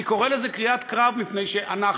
אני קורא לזה "קריאת קרב" מפני שאנחנו,